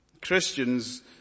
Christians